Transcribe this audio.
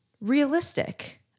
realistic